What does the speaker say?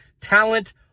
Talent